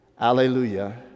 Alleluia